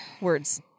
Words